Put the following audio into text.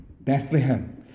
Bethlehem